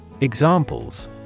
Examples